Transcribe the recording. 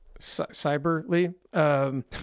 cyberly